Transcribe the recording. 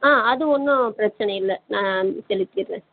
ஆ அது ஒன்றும் பிரச்சனை இல்லை நான் செலுத்திடுறேன்